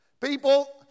People